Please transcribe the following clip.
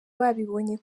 babibonye